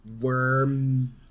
worm